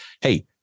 hey